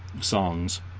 songs